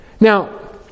Now